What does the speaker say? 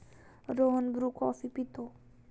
Rohan Bru coffee पितो